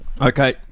okay